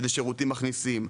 איזה שירותים מכניסים?